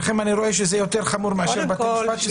אני רואה שאצלכם זה יותר חמור מאשר בבתי המשפט.